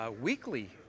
weekly